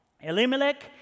Elimelech